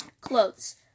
Clothes